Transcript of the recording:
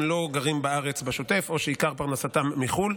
הם לא גרים בארץ בשוטף או שעיקר פרנסתם מחו"ל,